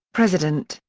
president,